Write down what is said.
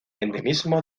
endemismo